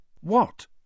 What